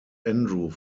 andrew